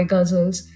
Guzzles